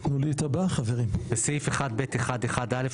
בסעיף 1(ב1)(1)(א),